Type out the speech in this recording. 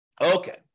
Okay